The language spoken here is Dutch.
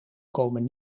komen